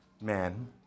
man